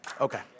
Okay